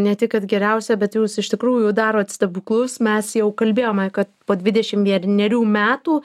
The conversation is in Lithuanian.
ne tik kad geriausia bet jūs iš tikrųjų darot stebuklus mes jau kalbėjome kad po dvidešim viernerių metų